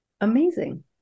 Amazing